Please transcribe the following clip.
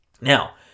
Now